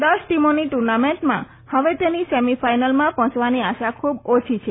દસ ટીમોની ટુર્નામેન્ટમાં હવે તેની સેમી ફાઈનલમાં પહોચવાની આશા ખુબ ઓછી છે